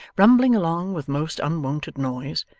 rumbling along with most unwonted noise,